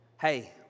hey